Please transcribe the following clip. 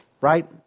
right